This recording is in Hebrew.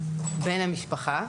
לבן המשפחה.